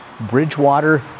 Bridgewater